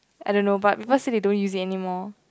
I don't know but people say they don't use it anymore